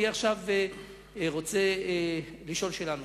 אני רוצה לשאול עכשיו שאלה נוספת.